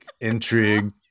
intrigue